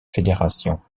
fédération